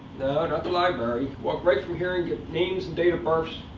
no, not the library. walk right from here and get names and date of births.